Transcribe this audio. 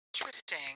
Interesting